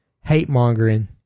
hate-mongering